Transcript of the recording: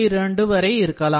2 வரை இருக்கலாம்